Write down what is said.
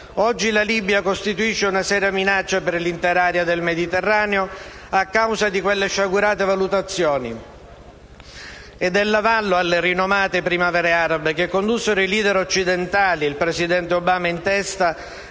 Oggi la Libia costituisce una seria minaccia per l'intera area del Mediterraneo a causa di quelle sciagurate valutazioni e dell'avallo alle rinomate primavere arabe che condussero i *leader* occidentali, il presidente Obama in testa,